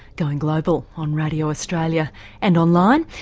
going global on radio australia and online.